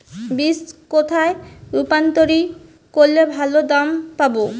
Beans কোথায় রপ্তানি করলে ভালো দাম পাব?